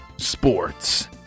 Sports